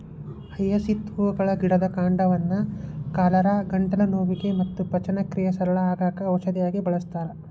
hyacinth ಹೂಗಳ ಗಿಡದ ಕಾಂಡವನ್ನ ಕಾಲರಾ, ಗಂಟಲು ನೋವಿಗೆ ಮತ್ತ ಪಚನಕ್ರಿಯೆ ಸರಳ ಆಗಾಕ ಔಷಧಿಯಾಗಿ ಬಳಸ್ತಾರ